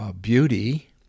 beauty